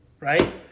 Right